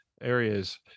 areas